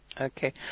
Okay